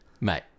Mate